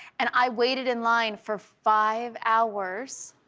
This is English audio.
and i waited in line for five hours,